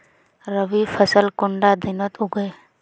रवि फसल कुंडा दिनोत उगैहे?